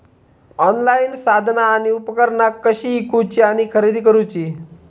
Online साधना आणि उपकरणा कशी ईकूची आणि खरेदी करुची?